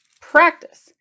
practice